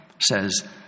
says